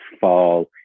fall